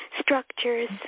structures